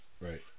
Right